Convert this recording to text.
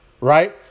right